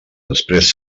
després